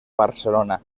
barcelona